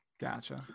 gotcha